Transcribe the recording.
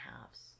halves